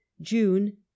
June